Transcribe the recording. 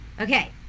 okay